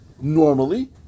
normally